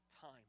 time